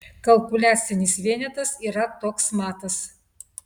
kalkuliacinis vienetas yra toks matas